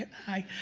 hi.